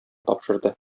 тапшырды